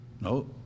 No